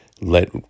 let